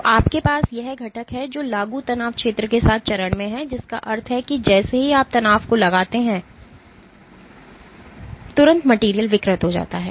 तो आपके पास यह घटक है जो लागू तनाव क्षेत्र के साथ चरण में है जिसका अर्थ है कि जैसे ही आप तनाव को लगाते हैं तुरंत मटेरियल विकृत हो जाती है